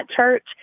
church